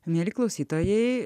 mieli klausytojai